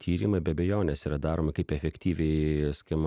tyrimai be abejonės yra daromi kaip efektyviai skim